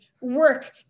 work